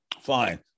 fine